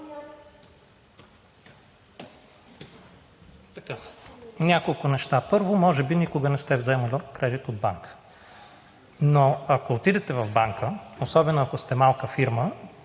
Няколко неща. Първо, може би никога не сте вземала кредит от банка, но ако отидете в банка, особено ако сте малка фирма,